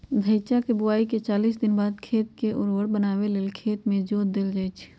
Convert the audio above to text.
धइचा के बोआइके चालीस दिनबाद खेत के उर्वर बनावे लेल खेत में जोत देल जइछइ